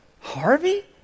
Harvey